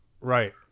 Right